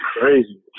crazy